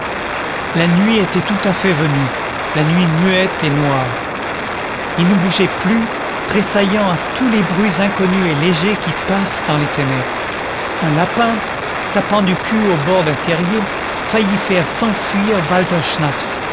la nuit était tout à fait venue la nuit muette et noire il ne bougeait plus tressaillant à tous les bruits inconnus et légers qui passent dans les ténèbres un lapin tapant du cul au bord d'un terrier faillit faire s'enfuir